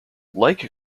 like